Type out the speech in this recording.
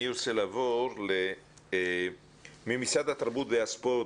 אני רוצה לעבור ממשרד התרבות והספורט,